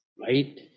Right